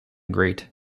great